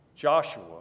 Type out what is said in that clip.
Joshua